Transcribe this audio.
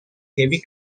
heavy